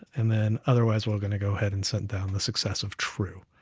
and then otherwise we're gonna go ahead, and send down the success of true.